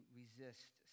resist